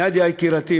"נדיה יקירתי,